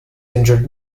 injured